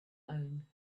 own